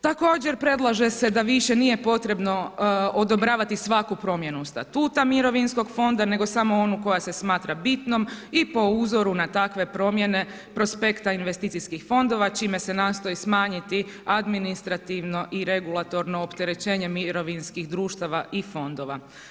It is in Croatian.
Također, predlaže se da više nije potrebno odobravati svaku promjenu statuta mirovinskog fonda nego samo onu koja se smatra bitnom i po uzoru na takve promjene prospekta investicijskih fondova čime se nastoji smanjiti administrativno i regulatorno opterećenje mirovinskih društava i fondova.